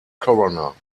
coroner